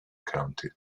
county